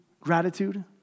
gratitude